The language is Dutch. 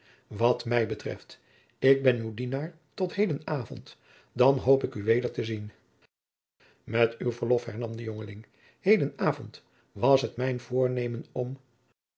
wat mij betreft ik ben uw dienaar tot heden avond dan hoop ik u weder te zien met uw verlof hernam de jongeling hejacob van lennep de pleegzoon den avond was het mijn voornemen om